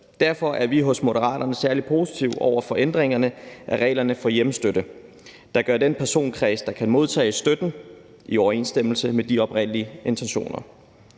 Derfor er vi i Moderaterne særlig positive over for ændringerne af reglerne for hjemrejsestøtte, der gør, at kredsen af personer, der kan modtage støtten, kommer til at være i overensstemmelse med de oprindelige intentioner.